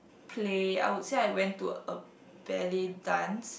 Play I would say I went to a ballet dance